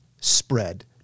spread